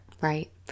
Right